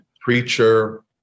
preacher